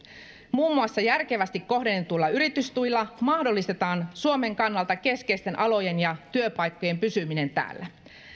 muun muassa järkevästi kohdennetuilla yritystuilla mahdollistetaan suomen kannalta keskeisten alojen ja työpaikkojen pysyminen täällä